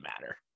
matter